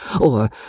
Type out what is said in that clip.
or